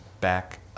back